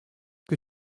que